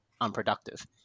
unproductive